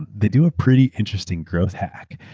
they do a pretty interesting growth hack.